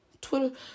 Twitter